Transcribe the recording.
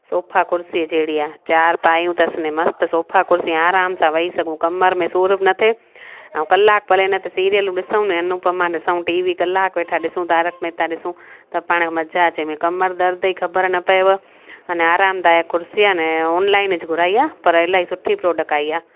sofa कुर्सी जहिड़ी आहे चार पायूं अथसि अने मस्ति सोफ़ा कुर्सी आराम सां वही सघूं कमर में सूर बि न थिए ऐं कलाक भले इन ते सीरिअल ॾिसूं अनूपमा ॾिसूं टीवी कलाक वेठा ॾिसूं तारक मेहता ॾिसूं त पाण खे मज़ा अचे कमर दर्द जी ख़बर न पएव आने आरामदायक कुर्सी आने ऑनलाइन च घुराई आहे पर इलाही सुठी प्रोडक्ट आई आहे